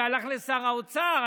והלך לשר האוצר,